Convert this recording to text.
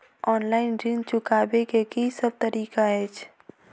Online ऋण चुकाबै केँ की सब तरीका अछि?